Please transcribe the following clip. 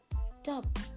Stop